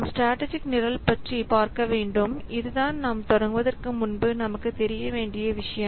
நாம் ஸ்ட்ராடஜிக் நிரல் மேலாண்மை பற்றி பார்க்க வேண்டும் இதுதான் நாம் தொடங்குவதற்கு முன்பு நமக்கு தெரிய வேண்டிய விஷயம்